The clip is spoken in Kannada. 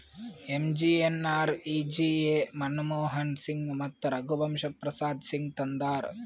ಎಮ್.ಜಿ.ಎನ್.ಆರ್.ಈ.ಜಿ.ಎ ಮನಮೋಹನ್ ಸಿಂಗ್ ಮತ್ತ ರಘುವಂಶ ಪ್ರಸಾದ್ ಸಿಂಗ್ ತಂದಾರ್